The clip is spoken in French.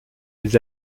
les